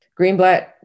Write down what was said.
Greenblatt